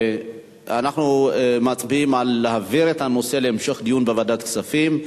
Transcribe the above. אנחנו מצביעים על העברת הנושא להמשך דיון בוועדת כספים.